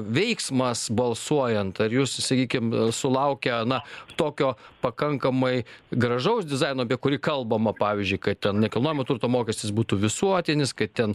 veiksmas balsuojant ar jūs sakykim sulaukę na tokio pakankamai gražaus dizaino apie kurį kalbama pavyzdžiui kaip ten nekilnojamo turto mokestis būtų visuotinis kad ten